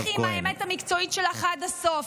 לכי עם האמת המקצועית שלך עד הסוף.